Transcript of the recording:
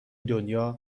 دنیا